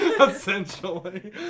essentially